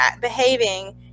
behaving